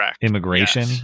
immigration